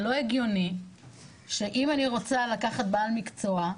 זה לא הגיוני שאם אני רוצה לקחת בעל מקצוע,